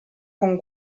con